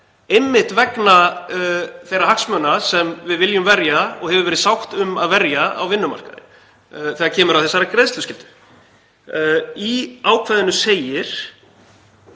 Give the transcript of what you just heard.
einmitt vegna þeirra hagsmuna sem við viljum verja, og hefur verið sátt um að verja, á vinnumarkaði þegar kemur að þessari greiðsluskyldu. Ég er